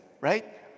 right